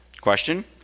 question